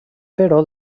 però